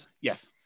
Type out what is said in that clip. Yes